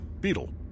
beetle